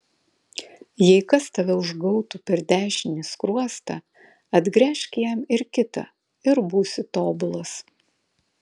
jei kas tave užgautų per dešinį skruostą atgręžk jam ir kitą ir būsi tobulas